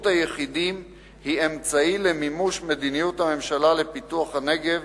היחידים היא אמצעי למימוש מדיניות הממשלה לפיתוח הנגב